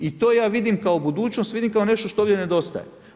I to ja vidim kao budućnost, vidim kao nešto što ovdje nedostaje.